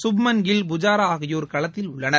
சுப்மன் கில் புஜாரா ஆகியோர் களத்தில் உள்ளனர்